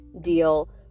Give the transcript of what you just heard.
deal